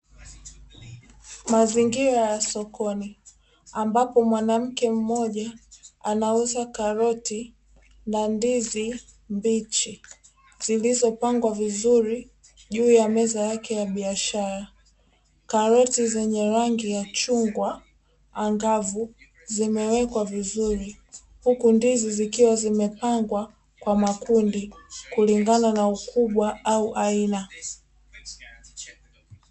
Mazingira ya sokoni ambapo mwanamke mmoja anauza karoti na ndizi mbichi zilizo pangwa vizuri juu ya meza yake ya biashara. Karoti zenye rangi ya chungwa angavu zimewekwa vizuri, huku ndizi zikiwa zimepangwa kwa makundi kulingana na ukubwa na aina.